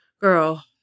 Girl